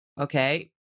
Okay